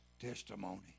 testimony